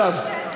אז זה לא בסדר.